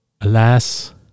Alas